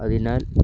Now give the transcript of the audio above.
അതിനാൽ